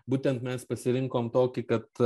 būtent mes pasirinkom tokį kad